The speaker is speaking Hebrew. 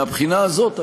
מהבחינה הזאת,